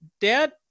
Dad